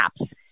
apps